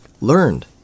learned